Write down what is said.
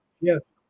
Yes